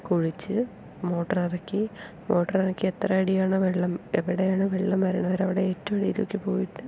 കുഴിച്ച് മോട്ടർ ഇറക്കി മോട്ടർ ഇറക്കി എത്ര അടിയാണോ വെള്ളം എവിടെയാണോ വെള്ളം വരണത് വരെ അവിടെ ഏറ്റവും അടിയിലേക്ക് പോയിട്ട്